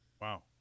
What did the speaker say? Wow